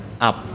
up